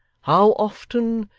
how often,